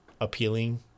appealing